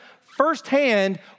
firsthand